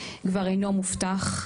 כבר אינו מובטח,